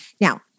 Now